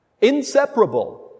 inseparable